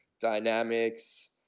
dynamics